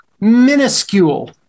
minuscule